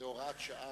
זו הוראת שעה.